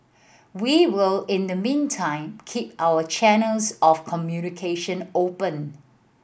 we will in the meantime keep our channels of communication open